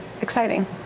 exciting